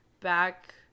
back